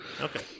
okay